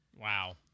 Wow